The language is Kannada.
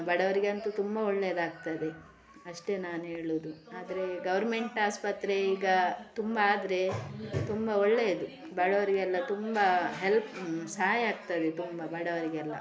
ಬಡವರಿಗಂತು ತುಂಬ ಒಳ್ಳೆಯದಾಗ್ತದೆ ಅಷ್ಟೆ ನಾನು ಹೇಳುದು ಆದರೆ ಗೌರ್ಮೆಂಟ್ ಆಸ್ಪತ್ರೆ ಈಗ ತುಂಬ ಆದರೆ ತುಂಬಾ ಒಳ್ಳೆಯದು ಬಡವರಿಗೆಲ್ಲ ತುಂಬಾ ಹೆಲ್ಪ್ ಸಹಾಯ ಆಗ್ತದೆ ತುಂಬಾ ಬಡವರಿಗೆಲ್ಲ